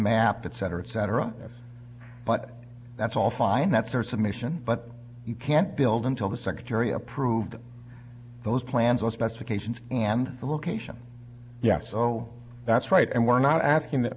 that cetera et cetera but that's all fine that's their summation but you can't build until the secretary approved those plans or specifications and the location yes so that's right and we're not asking that